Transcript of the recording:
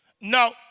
No